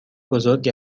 بزرگ